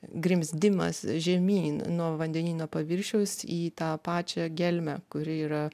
grimzdimas žemyn nuo vandenyno paviršiaus į tą pačią gelmę kuri yra